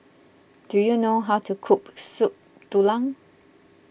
do you know how to cook Soup Tulang